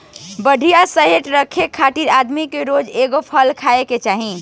बढ़िया सेहत रखे खातिर आदमी के रोज एगो फल खाए के चाही